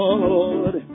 Lord